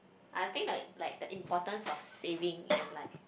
I think like like the importance of saving and like